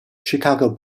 chicago